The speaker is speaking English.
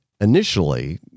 initially